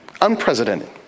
unprecedented